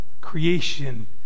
creation